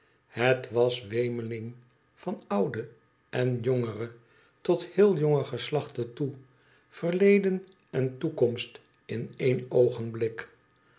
het was wemeling van oude en jongere tot heel jonge geslachten toe verleden en toekomst in een oogenblik